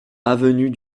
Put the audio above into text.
avenue